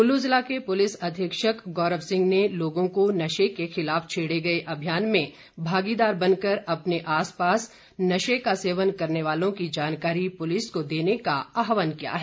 कल्लू जिला के पुलिस अधीक्षक गौरव सिंह ने लोगों को नशे के खिलाफ छेड़े गए अभियान में भागीदारी बन कर अपने आसपास नशे का सेवन करने वालों की जानकारी पुलिस को देने का आहवान किया है